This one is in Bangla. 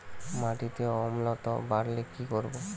মাটিতে অম্লত্ব বাড়লে কি করব?